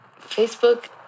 Facebook